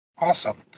Awesome